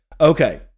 Okay